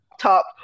Top